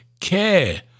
care